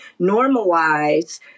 normalize